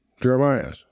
Jeremiah